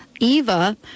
Eva